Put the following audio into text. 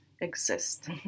exist